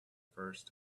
first